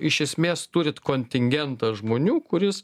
iš esmės turit kontingentą žmonių kuris